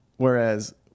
Whereas